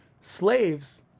Slaves